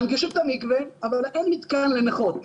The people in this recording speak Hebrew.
מנגישים את המקווה, אבל אין מתקן לנכות.